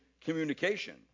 communication